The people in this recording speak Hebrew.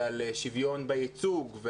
ועל שוויון בייצוג,